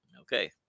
okay